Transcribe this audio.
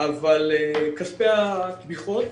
אבל כספי התמיכות